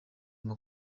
guma